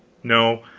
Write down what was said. no,